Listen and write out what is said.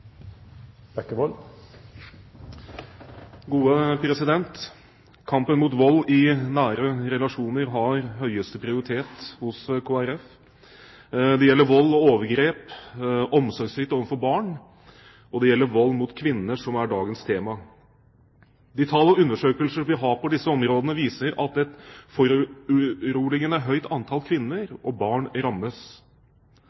eget språk. Kampen mot vold i nære relasjoner har høyeste prioritet hos Kristelig Folkeparti. Det gjelder vold, overgrep og omsorgssvikt overfor barn, og det gjelder vold mot kvinner, som er dagens tema. De tall og undersøkelser vi har på disse områdene, viser at et foruroligende høyt antall kvinner